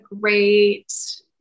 great